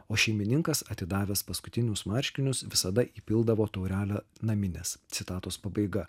o šeimininkas atidavęs paskutinius marškinius visada įpildavo taurelę naminės citatos pabaiga